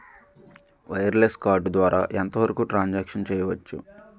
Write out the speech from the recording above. Wireless card ద్వారా ఎంత వరకు ట్రాన్ సాంక్షన్ చేయవచ్చు?